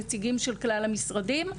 הנציגים של כלל המשרדים.